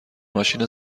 ماشین